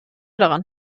daran